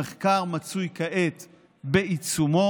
המחקר מצוי כעת בעיצומו,